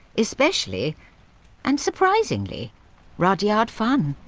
especially and surprisingly rudyard funn,